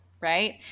right